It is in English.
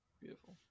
beautiful